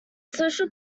social